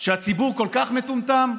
שהציבור כל כך מטומטם?